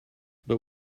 but